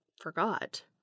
forgot